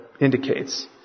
indicates